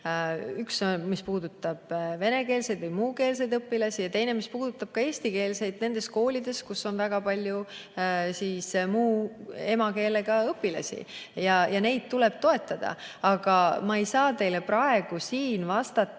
olid. See puudutab venekeelseid või muukeelseid õpilasi ja see puudutab ka eestikeelseid nendes koolides, kus on väga palju muu emakeelega õpilasi. Neidki tuleb toetada. Aga ma ei saa teile praegu siin vastata,